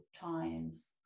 times